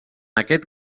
aquest